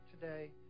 today